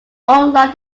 unlike